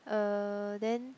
uh then